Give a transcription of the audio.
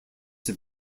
have